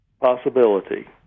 possibility